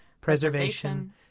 preservation